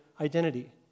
identity